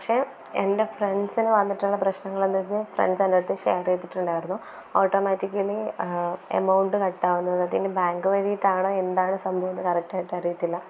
പക്ഷെ എൻ്റെ ഫ്രണ്ട്സിന് വന്നിട്ടുള്ള പ്രശ്നങ്ങൾ എനിക്ക് ഫ്രണ്ട്സ് എൻ്റെയടുത്ത് ഷെയർ ചെയ്തിട്ടുണ്ടായിരുന്നു ഓട്ടോമാറ്റിക്കലി എമൗണ്ട് കട്ടാകുന്നു എന്തെങ്കിലും ബാങ്ക് വഴിയാണോ എന്താണ് സംഭവം എന്ന് കറക്റ്റായിട്ട് അറിയത്തില്ല